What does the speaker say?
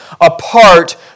apart